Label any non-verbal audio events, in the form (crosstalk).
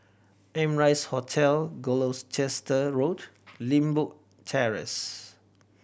Amrise Hotel (unintelligible) Road and Limbok Terrace